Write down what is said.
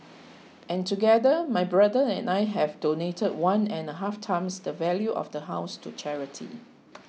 and together my brother and I have donated one and a half times the value of the house to charity